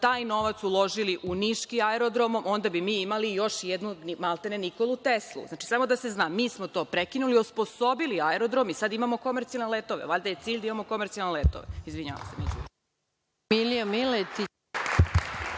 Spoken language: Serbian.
taj novac uložili u niški aerodrom, onda bi mi imali još jednu maltene „Nikolu Teslu“. Samo da se zna, mi smo to prekinuli i osposobili aerodrom i sada imamo komercijalne letove. Valjda je cilj da imamo komercijalne letove. **Maja Gojković**